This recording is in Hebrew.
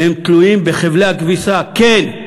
והם תלויים על חבלי הכביסה, כן,